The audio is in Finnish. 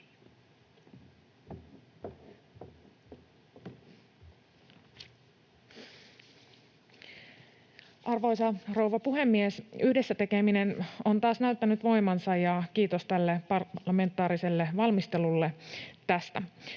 Arvoisa rouva puhemies! Yhdessä tekeminen on taas näyttänyt voimansa, ja kiitos tälle parlamentaariselle valmistelulle tästä.